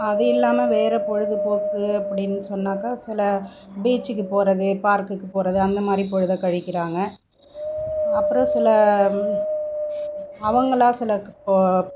அது இல்லாமல் வேறு பொழுதுபோக்கு அப்டின்னு சொன்னாக்கா சில பீச்சுக்கு போவது பார்க்குக்கு போவது அந்தமாதிரி பொழுதை கழிக்கிறாங்க அப்புறோம் சில அவர்களா சிலக்கு போ